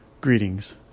greetings